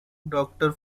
doctor